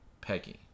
Peggy